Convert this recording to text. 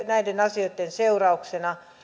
näiden asioiden seurauksena